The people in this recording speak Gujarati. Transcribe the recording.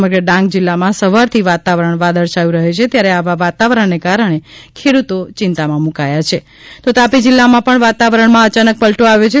સમગ્ર ડાંગ જિલ્લામાં સવારથી વાતાવરણ વાદળછાયુ રહ્યું છે ત્યારે આવા વાતાવરણને કારણે ખેડૂતો ચિંતામાં મુકાઈ ગયા છે તાપી જિલ્લામાં પણ વાતાવરણમાં અચાનક પલટો આવ્યો છે